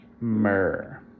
myrrh